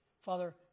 Father